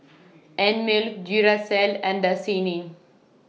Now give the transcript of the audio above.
Einmilk Duracell and Dasani